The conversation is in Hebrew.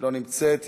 לא נמצאת,